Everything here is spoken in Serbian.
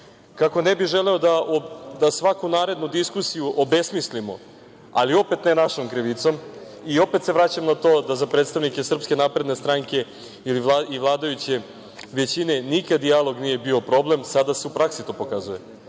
sali. Kako ne bih želeo da svaku narednu diskusiju obesmislimo, ali opet ne našom krivicom, i opet se vraćam na to da za predstavnike SNS i vladajuće većine nikad dijalog nije bio problem, sada se u praksi to pokazuje.